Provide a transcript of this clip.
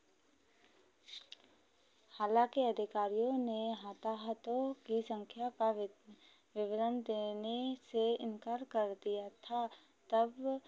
हालाँकि अधिकारियों ने हथाहथों की संख्या का वि विवरण देने से इनकार कर दिया था तब